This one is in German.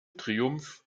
triumph